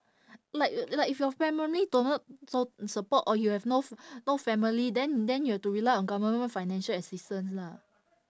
like like if your family do not don't support or you have no f~ no family then then you have to rely on government financial assistance lah